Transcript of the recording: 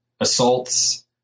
assaults